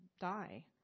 die